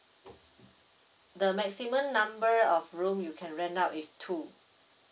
the maximum number of room you can rent out is two